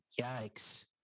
yikes